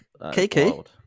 KK